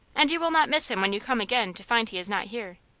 and you will not miss him when you come again to find he is not here.